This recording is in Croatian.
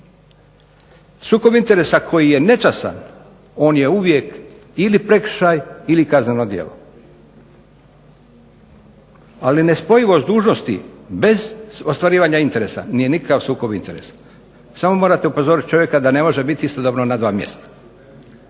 Sukob interesa koji je nečastan on je uvijek ili prekršaj ili kazneno djelo. Ali, nespojivost dužnosti bez ostvarivanja interesa nije nikakav sukob interesa. Samo morate upozoriti čovjeka da ne može biti istodobno na dva mjesta.